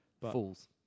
Fools